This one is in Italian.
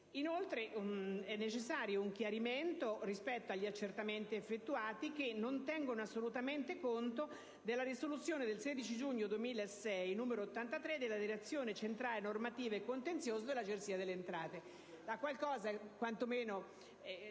altre. È necessario un chiarimento rispetto agli accertamenti effettuati, che non tengono assolutamente conto della risoluzione del 16 giugno 2006, n. 83, della Direzione centrale normativa e contenziosa della Agenzia delle entrate.